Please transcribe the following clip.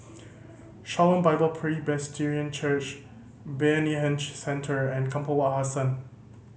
Shalom Bible Presbyterian Church Bayanihan Centre and Kampong Wak Hassan